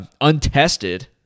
untested